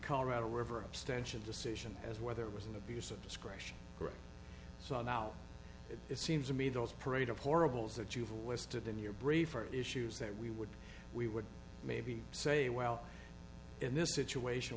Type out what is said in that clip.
colorado river abstention decision as whether it was an abuse of discretion so now it seems to me those parade of horribles that you've wasted in your brief are issues that we would we would maybe say well in this situation